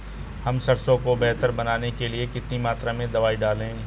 हम सरसों को बेहतर बनाने के लिए कितनी मात्रा में दवाई डालें?